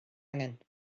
angen